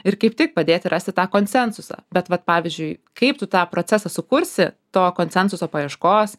ir kaip tik padėti rasti tą konsensusą bet vat pavyzdžiui kaip tu tą procesą sukursi to konsensuso paieškos